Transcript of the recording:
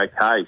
okay